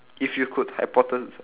if you could hypothes~